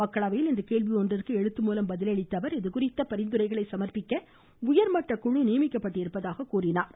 மக்களவையில் இன்று கேள்வி ஒன்றுக்கு எழுத்துமூலம் பதிலளித்த அவர் இதுகுறித்து பரிந்துரைகளை சமர்ப்பிக்க உயர்மட்ட குழு நியமிக்கப்பட்டுள்ளதாக கூறினார்